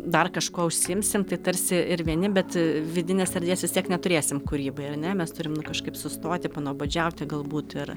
dar kažkuo užsiimsim tai tarsi ir vieni bet vidinės erdvės vis tiek neturėsim kūrybai ar ne mes turim nu kažkaip sustoti panuobodžiauti galbūt ir